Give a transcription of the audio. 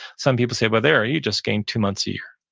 some people say, well there you just gained two months a year,